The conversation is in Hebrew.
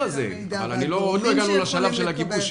--- עוד לא הגענו לשלב של הגיבוש,